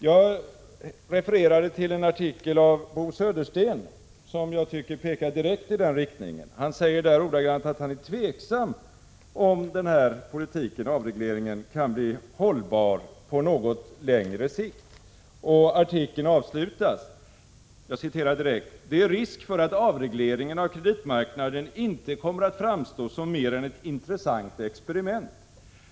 Jag refererade till en artikel av Bo Södersten, som jag tycker direkt pekar i den riktningen. Han säger där ordagrant att han är tveksam om den politiken — avregleringen — kan bli hållbar på något längre sikt. Artikeln avslutas: ”Det är risk för att avregleringen av kreditmarknaden inte kommer att framstå som mer än ett intressant experiment.